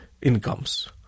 incomes